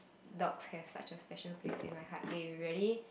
dogs have such a special place in my heart they really